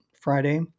Friday